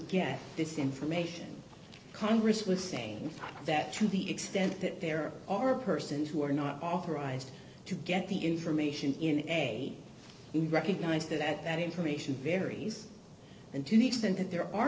get this information congress was saying that to the extent that there are persons who are not authorized to get the information in a we recognize that that information varies and to the extent that there are